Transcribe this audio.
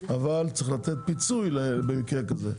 אבל צריך לתת פיצוי במקרה כזה.